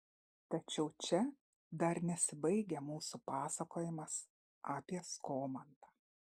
tačiau čia dar nesibaigia mūsų pasakojimas apie skomantą